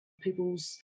people's